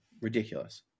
Ridiculous